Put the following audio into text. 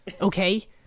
Okay